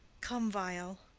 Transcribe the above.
come, vial.